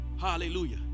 Hallelujah